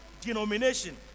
denomination